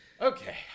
Okay